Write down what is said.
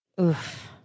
Oof